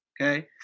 Okay